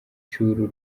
cy’uru